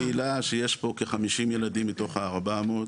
הסיפור של הקהילה הוא שיש פה כ-50 ילדים מתוך ה-400.